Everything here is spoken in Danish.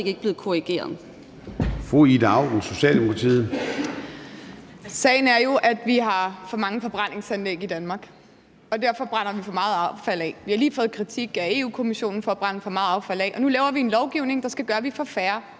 Socialdemokratiet. Kl. 13:40 Ida Auken (S): Sagen er jo, at vi har for mange forbrændingsanlæg i Danmark, og derfor brænder vi for meget affald af. Vi har lige fået kritik af Europa-Kommissionen for at brænde for meget affald af, og nu laver vi en lovgivning, der skal gøre, at vi får færre